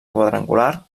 quadrangular